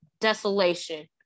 desolation